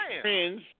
friends